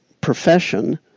profession